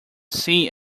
see